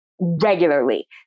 regularly